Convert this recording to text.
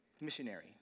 missionary